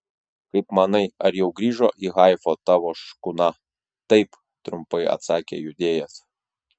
kaip manai ar jau grįžo į haifą tavo škuna taip trumpai atsakė judėjas